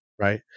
right